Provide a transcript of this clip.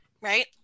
right